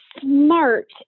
smart